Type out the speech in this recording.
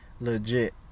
legit